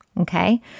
Okay